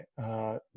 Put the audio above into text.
Okay